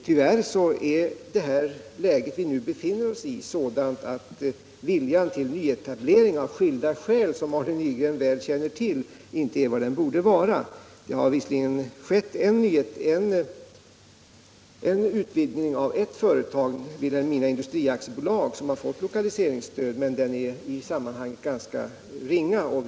Tyvärr är det läge vi nu befinner oss i sådant att viljan till nyetablering av skilda skäl, som Arne Nygren väl känner till, inte är vad den borde vara. Det har visserligen skett en utvidgning av ett företag, Vilhelmina Industri AB, som har fått lokaliseringsstöd, men den är i sammanhanget ganska ringa.